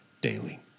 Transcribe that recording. daily